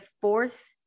fourth